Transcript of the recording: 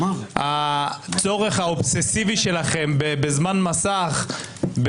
הצורך האובססיבי שלכם בזמן מסך,